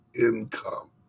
income